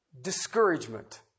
discouragement